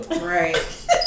Right